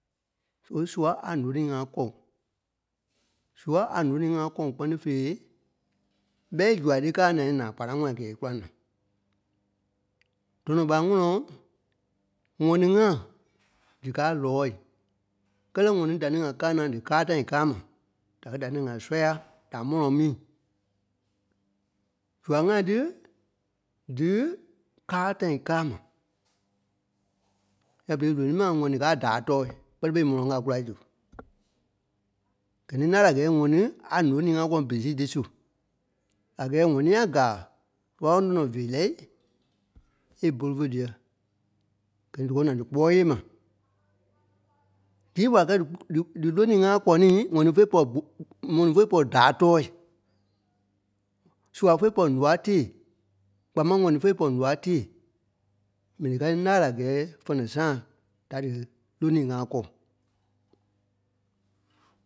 Só sua a nônii ŋa kɔŋ. sua a nônii ŋa kɔŋ kpɛ́ni fêi, ɓɛ́i zuai tí káa naai nàa kpanaŋɔɔi a gɛ́ɛ é kúla na. Dɔnɔ ɓa ŋɔ́nɔ ŋɔni-ŋa díkaa lɔɔ̂i, kɛ́lɛ ŋɔni da ní ŋa káa naa díkaa tãi káa ma da kɛ́ da-ni ŋa sɔ́ya da mɔlɔŋ mii. Zua ŋai tí díkaa tãi káa ma. Yɛ̂ɛ berei loníi ma ŋɔni káa daa tɔɔi kpɛ́ni fêi, mɔlɔŋ a kûlai zu. Gɛ̀ ní ńâai la a gɛ́ɛ ŋɔni a nônii ŋa kɔŋ bere sii tí su a gɛ́ɛ ŋ̀ɔnii a gàa ɣáloŋ tɔnɔ veerɛi é bôlu fé dîɛ, gɛ̀ ńi dí kɔɔ na dí kpɔ́ɔi yee ma. Dîi wàla kɛ́ dí -dí- dílônii ŋa kɔŋ niî, ŋɔni fêi pɔ̂ri ŋɔni fêi pɔ̂ri dâa tɔɔi. sua fêi pɔ̂ri ǹoa teêi kpaa máŋ ŋɔni fêi pɔ̂ri ǹoa teêi, m̀ɛnii ká tí ńâai la a gɛ́ɛ fɛnɛ sãa da dílônii ŋa kɔŋ.